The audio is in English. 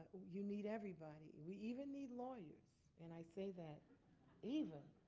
you need everybody. we even need lawyers. and i say that even.